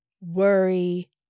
worry